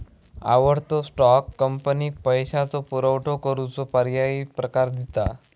आवडतो स्टॉक, कंपनीक पैशाचो पुरवठो करूचो पर्यायी प्रकार दिता